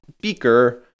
beaker